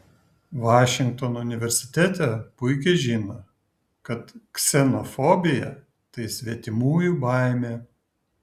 vašingtono universitete puikiai žino kad ksenofobija tai svetimųjų baimė